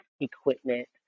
equipment